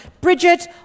Bridget